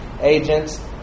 agents